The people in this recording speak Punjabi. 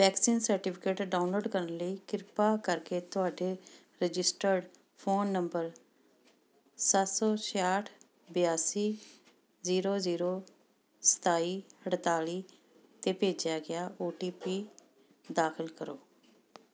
ਵੈਕਸੀਨ ਸਰਟੀਫਿਕੇਟ ਡਾਊਨਲੋਡ ਕਰਨ ਲਈ ਕਿਰਪਾ ਕਰਕੇ ਤੁਹਾਡੇ ਰਜਿਸਟਰਡ ਫ਼ੋਨ ਨੰਬਰ ਸੱਤ ਸੌ ਸਤਾਹਠ ਬਿਆਸੀ ਜ਼ੀਰੋ ਜ਼ੀਰੋ ਸਤਾਈ ਅਠਤਾਲੀ 'ਤੇ ਭੇਜਿਆ ਗਿਆ ਓ ਟੀ ਪੀ ਦਾਖ਼ਲ ਕਰੋ